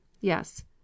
Yes